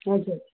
हजुर